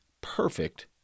perfect